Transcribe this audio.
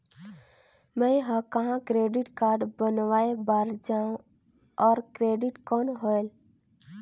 मैं ह कहाँ क्रेडिट कारड बनवाय बार जाओ? और क्रेडिट कौन होएल??